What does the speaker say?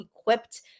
equipped